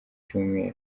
cyumweru